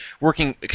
working